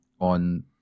on